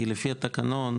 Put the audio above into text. כי לפי התקנון,